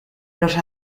los